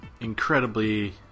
incredibly